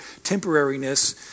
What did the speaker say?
temporariness